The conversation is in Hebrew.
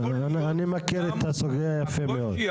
אני מכיר את הסוגיה יפה מאוד.